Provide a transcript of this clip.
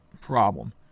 problem